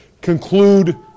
conclude